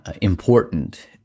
important